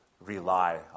rely